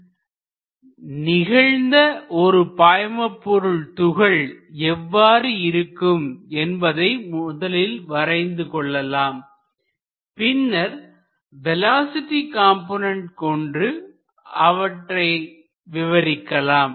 இப்பொழுது உள்ள angular deformation பொருத்தவரைஅங்குலர் டிபர்மேசன் நிகழ்ந்த ஒரு பாய்மபொருள் துகள் எவ்வாறு இருக்கும் என்பதை முதலில் வரைந்து கொள்ளலாம் பின்னர் வேலோஸிட்டி காம்போனன்டு கொண்டு அவற்றை விவரிக்கலாம்